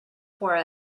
for